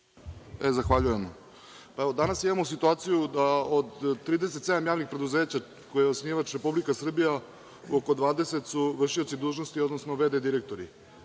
Zahvaljujem. Danas imamo situaciju od 37 javnih preduzeća čiji je osnivač Republika Srbija oko 20 su vršioci dužnosti, odnosno v.d. direktori,